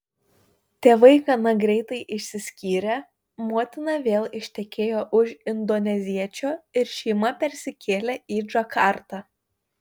tėvai gana greitai išsiskyrė motina vėl ištekėjo už indoneziečio ir šeima persikėlė į džakartą